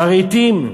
ברהיטים,